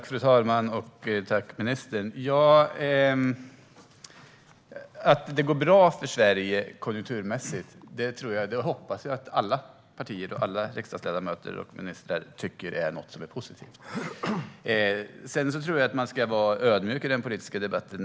Fru talman! Tack, ministern! Att det konjunkturmässigt går bra för Sverige hoppas jag att alla partier, riksdagsledamöter och ministrar tycker är positivt. Men man ska nog vara ödmjuk i den politiska debatten.